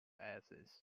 athens